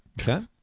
Okay